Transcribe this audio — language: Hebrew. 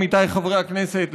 עמיתיי חברי הכנסת,